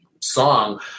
song